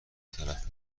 طرف